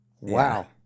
Wow